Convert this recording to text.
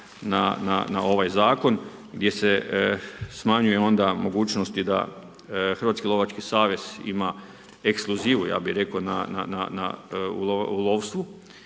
na ovaj zakon gdje se smanjuje onda mogućnosti da Hrvatski lovački savez ima ekskluzivu ja bi rekao u lovstvu